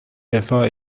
رفاه